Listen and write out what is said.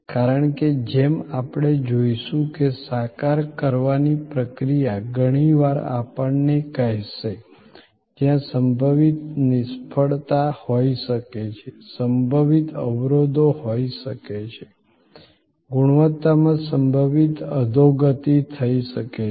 કારણ કે જેમ આપણે જોઈશું કે સાકાર કરવાની પ્રક્રિયા ઘણી વાર આપણને કહેશે જ્યાં સંભવિત નિષ્ફળતા હોઈ શકે છે સંભવિત અવરોધો હોઈ શકે છે ગુણવત્તામાં સંભવિત અધોગતિ થઈ શકે છે